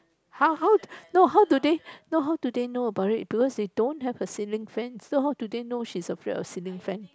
how how to no how do they no how do they know about it because they don't have a ceiling fans so how do they know she's afraid of ceiling fans